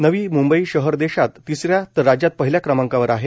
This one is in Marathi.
नवी मुंबई शहर देशात तिसऱ्या तर राज्यात पहिल्या क्रमांकावर आहे